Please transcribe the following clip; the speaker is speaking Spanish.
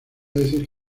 decir